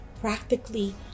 practically